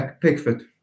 Pickford